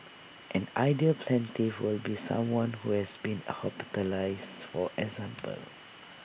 an ideal plaintiff would be someone who has been hospitalised for example